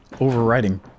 overriding